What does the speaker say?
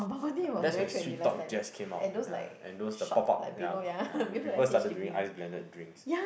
that's when sweet-talk just came out ah and those the pop up yea ah when people started doing ice blended drinks